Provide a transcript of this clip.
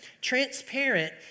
Transparent